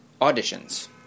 auditions